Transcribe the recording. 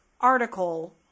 article